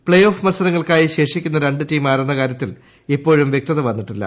play off മൽസ്രങ്ങൾക്കായി ശേഷിക്കുന്ന രണ്ട് ടീം ആരെന്ന കാര്യത്തിൽ ഇപ്പോഴും വ്യക്തത വന്നിട്ടില്ല